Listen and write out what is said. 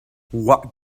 what